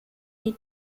die